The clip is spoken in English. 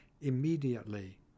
immediately